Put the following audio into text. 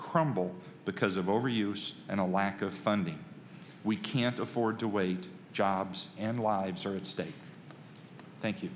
crumble because of overuse and a lack of funding we can't afford to wait jobs and lives are at stake thank you